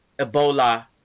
Ebola